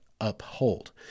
uphold